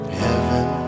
heaven